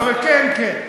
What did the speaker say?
כן, כן.